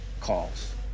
calls